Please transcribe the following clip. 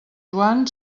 joan